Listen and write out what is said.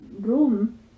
room